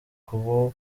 kubo